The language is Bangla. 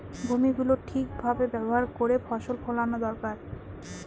ভূমি গুলো ঠিক ভাবে ব্যবহার করে ফসল ফোলানো দরকার